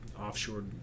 offshore